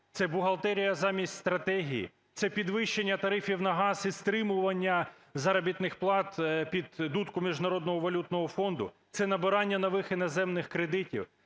це бухгалтерія замість стратегії; це підвищення тарифів на газ і стримування заробітних плат під дудку Міжнародного валютного фонду; це набирання нових іноземних кредитів;